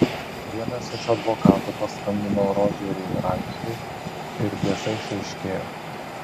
vienas iš advokatų paskambino rodžeriui raisui ir tiesa išaiškėjo